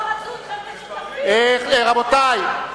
רבותי,